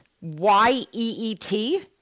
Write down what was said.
Y-E-E-T